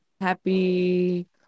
happy